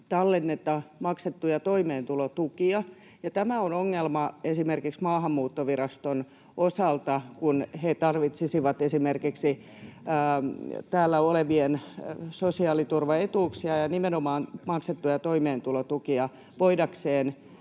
tallenneta maksettuja toimeentulotukia. Tämä on ongelma esimerkiksi Maahanmuuttoviraston osalta, kun he tarvitsisivat esimerkiksi täällä olevien sosiaaliturvaetuuksia ja nimenomaan maksettuja toimeentulotukia voidakseen